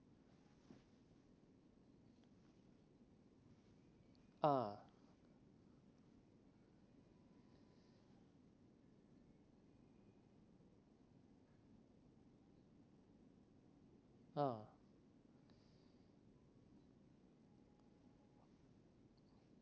ah ah